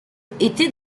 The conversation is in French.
étaient